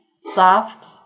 Soft